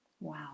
wow